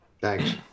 Thanks